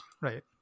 Right